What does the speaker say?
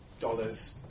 dollars